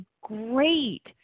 great